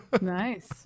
Nice